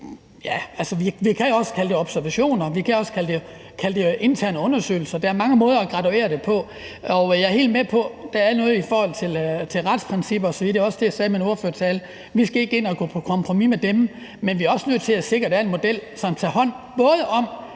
vi kan jo også kalde det for observationer, og vi kan også kalde det interne undersøgelser. Der er mange måder at graduere det på, og jeg er helt med på, at der er noget i forhold til retsprincipper – og det var også det, jeg sagde i min ordførertale – og vi skal ikke ind og gå på kompromis med dem. Men vi er også nødt til at sikre, at der er en model, som både tager hånd om,